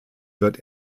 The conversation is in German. wird